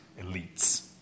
elites